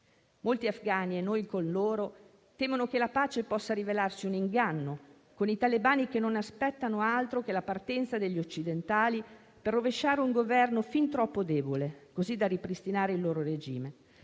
Molti afghani - e noi con loro - temono che la pace possa rivelarsi un inganno, con i talebani che non aspettano altro che la partenza degli occidentali per rovesciare un governo fin troppo debole, così da ripristinare il loro regime.